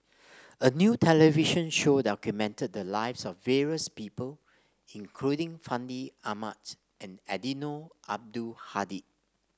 a new television show documented the lives of various people including Fandi Ahmad and Eddino Abdul Hadi